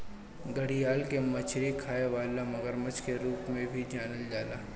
घड़ियाल के मछरी खाए वाला मगरमच्छ के रूप में भी जानल जाला